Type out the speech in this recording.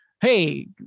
Hey